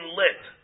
lit